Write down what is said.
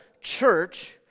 church